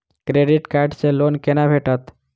Credit card सँ loan कोना भेटत?